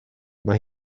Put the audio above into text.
mae